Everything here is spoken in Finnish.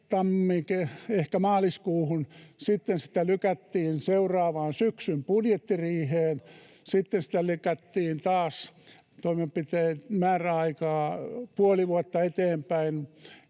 tai ehkä maaliskuuhun, sitten sitä lykättiin seuraavan syksyn budjettiriiheen, sitten sitä toimenpiteiden määräaikaa lykättiin taas puoli vuotta eteenpäin,